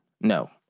No